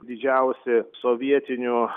didžiausi sovietinių